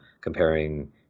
comparing